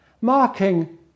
Marking